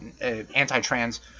anti-trans